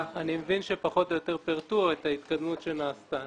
מבין שפחות או יותר פירטו את ההתקדמות שנעשתה.